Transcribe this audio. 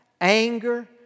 anger